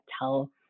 tell